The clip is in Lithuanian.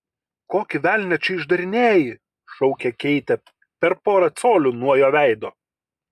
kokį velnią čia išdarinėji šaukė keitė per porą colių nuo jo veido